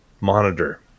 monitor